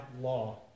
law